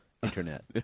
internet